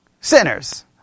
Sinners